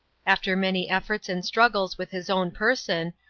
after many efforts and struggles with his own person,